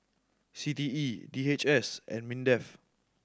C T E D H S and MINDEF